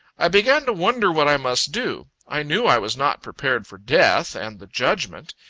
i began to wonder what i must do. i knew i was not prepared for death and the judgment.